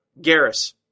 Garrus